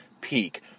Peak